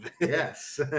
Yes